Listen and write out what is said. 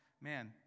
man